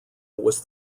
was